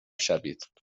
شوید